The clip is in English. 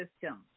system